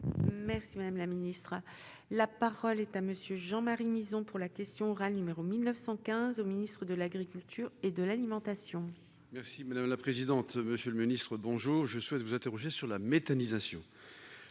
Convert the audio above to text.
Merci madame la ministre, la parole est à monsieur Jean-Marie Mizzon pour la question orale numéro 1915 au Ministre de l'Agriculture et de l'alimentation. Merci madame la présidente, monsieur le ministre, bonjour, je souhaite vous interroger sur la méthanisation